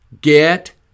get